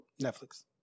Netflix